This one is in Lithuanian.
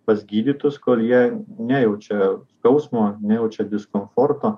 pas gydytus kol jie nejaučia skausmo nejaučia diskomforto